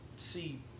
see